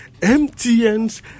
MTN's